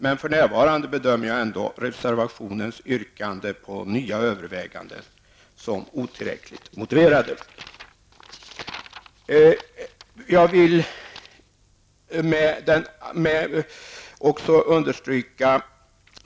Men för närvarande bedömer jag reservationens yrkande om nya övervägande som otillräckligt motiverat.